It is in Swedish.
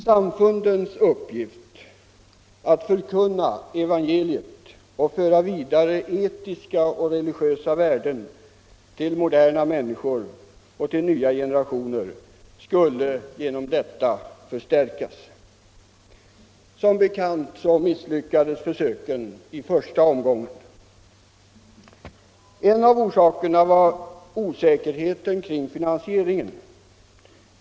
Samfundens uppgift att förkunna evangeliet och föra vidare etiska och religiösa värden till moderna människor och till nya generationer skulle genom detta förstärkas. Som bekant misslyckades försöken i första omgången. En av orsakerna var osäkerheten kring finansieringen.